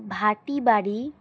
ভাটি বাড়ি